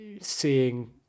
seeing